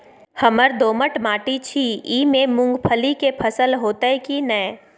हमर दोमट माटी छी ई में मूंगफली के फसल होतय की नय?